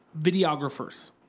videographers